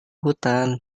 hutan